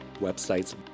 websites